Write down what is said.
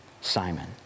Simon